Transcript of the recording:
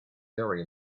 very